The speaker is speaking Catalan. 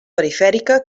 perifèrica